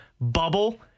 bubble